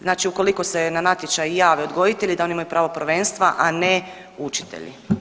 Znači ukoliko se na natječaj jave odgojitelji da oni imaju pravo prvenstva, a ne učitelji.